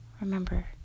Remember